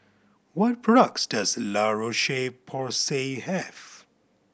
what products does La Roche Porsay have